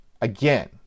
Again